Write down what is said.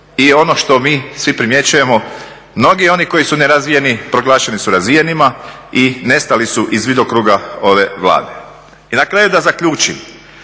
i ono što mi svi primjećujemo, mnogi oni koji su nerazvijeni proglašeni su razvijenima i nestali iz vidokruga ove Vlade. I na kraju da zaključim,